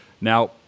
now